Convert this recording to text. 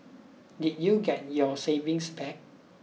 did you get your savings back